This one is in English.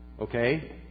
Okay